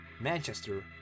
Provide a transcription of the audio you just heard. Manchester